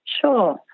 Sure